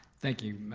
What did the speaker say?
thank you,